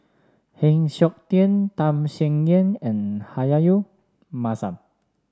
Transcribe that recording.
Heng Siok Tian Tham Sien Yen and Rahayu Mahzam